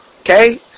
Okay